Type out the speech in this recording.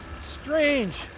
Strange